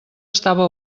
estava